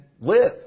live